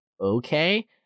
okay